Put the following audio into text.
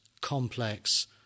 complex